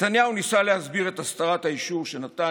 נתניהו ניסה להסביר את הסתרת האישור שנתן